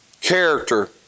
Character